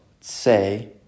say